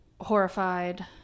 horrified